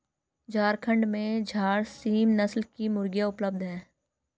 झारखण्ड में झारसीम नस्ल की मुर्गियाँ उपलब्ध है